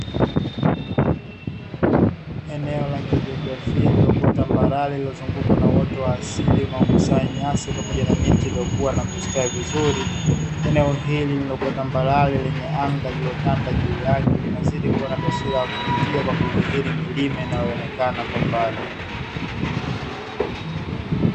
Eneo la kijiografia lililokuwa tambarare lililozungukwa na uoto wa asili unaokusanya nyasi pamoja na miti iliyokua na kustawi vizuri. Eneo hili lililoko tambarare lenye anga lililotanda juu yake, linalozidi kuwa na taswira ya kuvutia kwa kudhihiri milima inayoonekana kwa mbali.